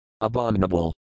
abominable